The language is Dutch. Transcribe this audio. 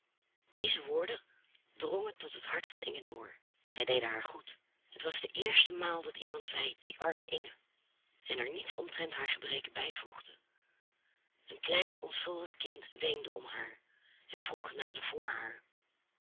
deze woorden drongen tot het hart van inge door zij deden haar goed het was de eerste maal dat iemand zei die arme inge en er niets omtrent haar gebreken bijvoegde een klein onschuldig kind weende om haar en vroeg genade voor haar